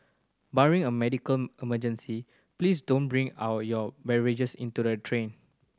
barring a medical emergency please don't bring our your beverages into the train